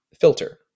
filter